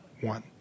one